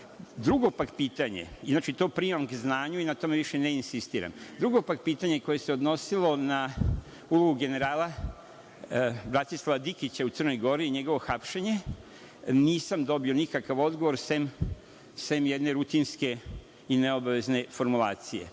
pak pitanje, inače to primam k znanju i na tome više ne insistiram, drugo pak pitanje koje se odnosilo na ulogu generala Bratislava Dikića u Crnoj Gori i njegovo hapšenje, nisam dobio nikakav odgovor, osim jedne rutinske i neobavezne formulacije.